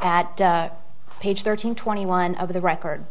harris at page thirteen twenty one of the record